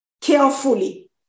carefully